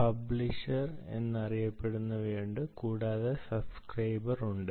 publish എന്നറിയപ്പെടുന്നവയുണ്ട് കൂടാതെ subscriber ഉണ്ട്